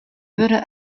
wurde